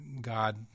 God